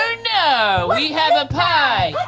no, we have a pie.